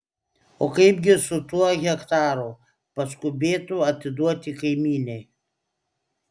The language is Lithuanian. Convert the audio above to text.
o kaipgi su tuo hektaru paskubėtu atiduoti kaimynei